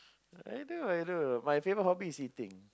anything I do my favourite hobby is eating